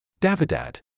Davidad